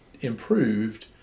improved